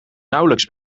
nauwelijks